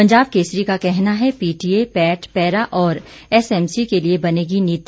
पंजाब केसरी का कहना है पीटीए पैट पैरा और एसएमसी के लिए बनेगी नीति